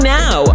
now